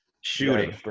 shooting